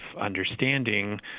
understanding